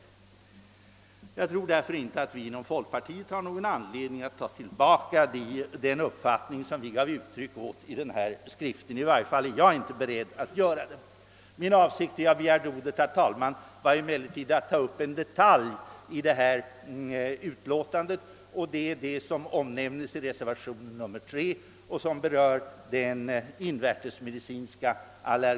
På den punkten har jag en annan uppfattning än Läkareförbundets talesmän. Jag tror alltså att vi inom folkpartiet inte har någon anledning att ta tillbaka den uppfattning som vi gav uttryck åt i skriften. I varje fall är inte jag beredd att göra det. Min avsikt när jag begärde ordet, herr talman, var att ta upp en detalj i utlåtandet, nämligen den internmedicinska allergologin, som omnämns i reservation 3.